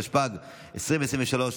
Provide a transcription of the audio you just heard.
התשפ"ג 2023,